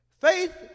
Faith